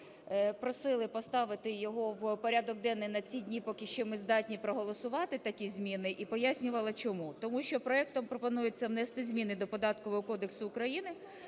просили поставити його в порядок денний на ці дні, поки ще ми здатні проголосувати такі зміни, і пояснювала чому. Тому що проектом пропонується внести зміни до Податкового кодексу України.